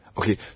Okay